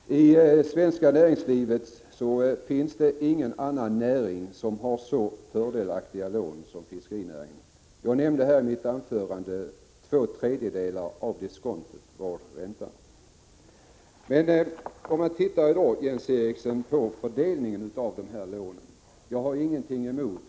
Herr talman! I det svenska näringslivet finns det ingen annan näring som har så fördelaktiga lån som fiskerinäringen. Jag nämnde i mitt anförande att räntan är två tredjedelar av diskontot. Jag har ingenting emot utan vill givetvis tvärtom arbeta för att fiskerinä — Prot.